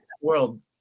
World